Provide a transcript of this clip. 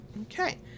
Okay